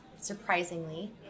surprisingly